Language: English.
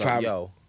yo